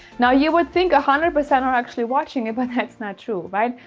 now you would think a hundred percent are actually watching it, but then it's not true, right?